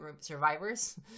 survivors